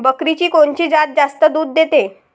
बकरीची कोनची जात जास्त दूध देते?